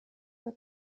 were